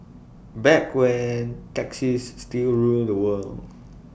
back when taxis still ruled the world